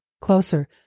closer